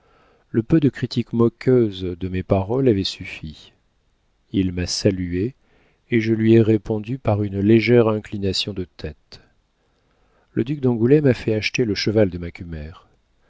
le peu de critique moqueuse de mes paroles avait suffi il m'a saluée et je lui ai répondu par une légère inclinaison de tête le duc d'angoulême a fait acheter le cheval de macumer mon